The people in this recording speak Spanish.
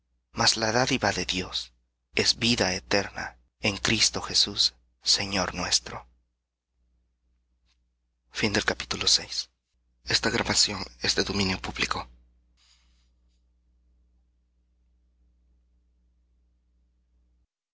mas la dádiva de dios es vida eterna en cristo jesús señor nuestro